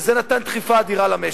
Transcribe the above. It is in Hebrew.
וזה נתן דחיפה אדירה למשק.